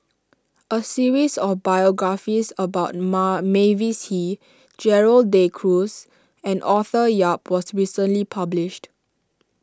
a series of biographies about Mark Mavis Hee Gerald De Cruz and Arthur Yap was recently published